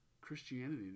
Christianity